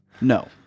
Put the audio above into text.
no